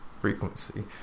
frequency